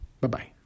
Bye-bye